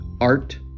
art